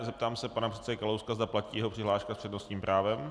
Zeptám se pana předsedy Kalouska, zda platí jeho přihláška s přednostním právem.